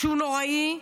שהוא נוראי,